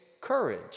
courage